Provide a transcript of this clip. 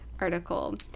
article